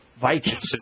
Vikings